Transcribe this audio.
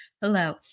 Hello